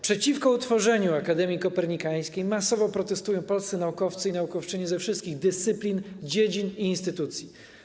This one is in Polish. Przeciwko utworzeniu Akademii Kopernikańskiej masowo protestują polscy naukowcy i naukowczynie ze wszystkich dyscyplin, dziedzin i instytucji.